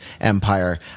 empire